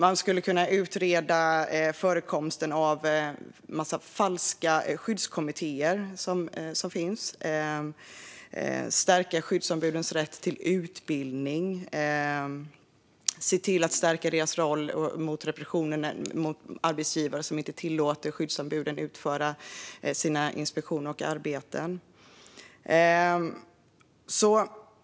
Man skulle också kunna utreda förekomsten av de falska skyddskommittéer som finns, stärka skyddsombudens rätt till utbildning och se till att stärka deras roll gentemot arbetsgivare som inte tillåter dem att utföra sina inspektioner och sitt arbete.